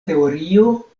teorio